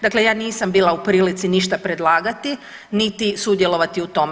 Dakle, ja nisam bila u prilici ništa predlagati, niti sudjelovati u tome.